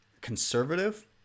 conservative